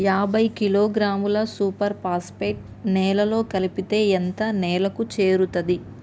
యాభై కిలోగ్రాముల super phosphate నేలలో కలిపితే ఎంత నేలకు చేరుతది?